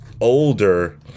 older